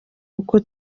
uko